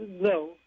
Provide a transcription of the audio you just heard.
no